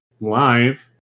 live